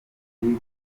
giteye